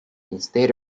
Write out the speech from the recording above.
instead